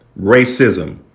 racism